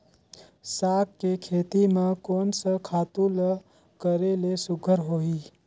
साग के खेती म कोन स खातु ल करेले सुघ्घर होही?